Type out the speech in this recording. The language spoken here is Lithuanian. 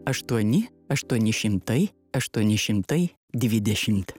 aštuoni aštuoni šimtai aštuoni šimtai dvidešimt